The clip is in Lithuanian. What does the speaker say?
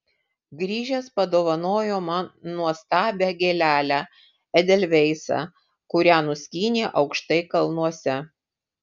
grįžęs padovanojo man nuostabią gėlelę edelveisą kurią nuskynė aukštai kalnuose